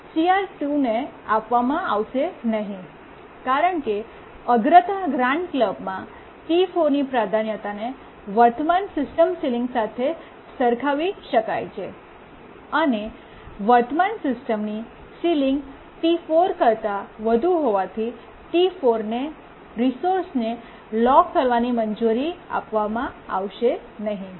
CR2 ને આપવામાં આવશે નહીં કારણ કે અગ્રતા ગ્રાન્ટ ક્લબમાં T4 ની પ્રાધાન્યતાને વર્તમાન સિસ્ટમ સીલીંગ સાથે સરખાવી શકાય છે અને વર્તમાન સિસ્ટમની સીલીંગ T4 કરતાં વધુ હોવાથી T4ને રિસોર્સ ને લોક કરવાની મંજૂરી આપવામાં આવશે નહીં